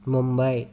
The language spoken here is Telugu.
ముంబై